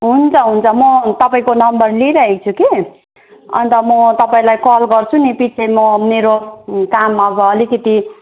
हुन्छ हुन्छ म तपाईँको नम्बर लिइरहेको छु कि अन्त म तपाईँलाई कल गर्छु नि पिछे म मेरो काम अब अलिकति